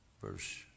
Verse